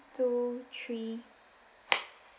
two three